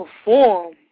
perform